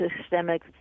systemic